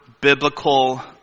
biblical